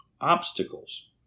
obstacles